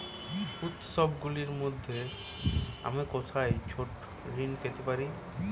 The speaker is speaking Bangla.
উত্সবগুলির জন্য আমি কোথায় ছোট ঋণ পেতে পারি?